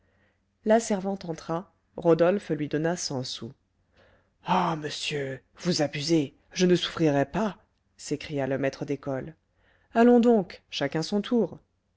la servante entra rodolphe lui donna cent sous ah monsieur vous abusez je ne souffrirai pas s'écria le maître d'école allons donc chacun son tour